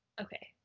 okay